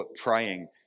praying